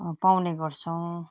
पाउने गर्छौँ